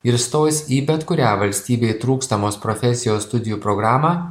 ir stos į bet kurią valstybei trūkstamos profesijos studijų programą